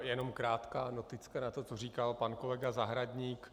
Jenom krátká noticka na to, co říkal pan kolega Zahradník.